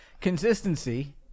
consistency